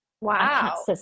Wow